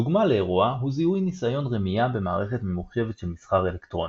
דוגמה לאירוע הוא זיהוי ניסיון רמיה במערכת ממוחשבת של מסחר אלקטרוני.